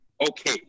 Okay